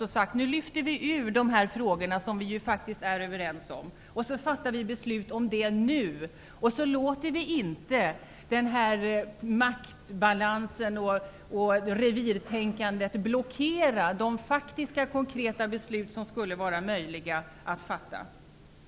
Vi har sagt att man bör lyfta ut dessa frågor, som man faktiskt är överens om, och fatta beslut om dem nu. Vi låter inte maktbalansen och revirtänkandet blockera de faktiska konkreta beslut som skulle vara möjliga att fatta.